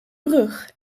brug